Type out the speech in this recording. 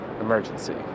emergency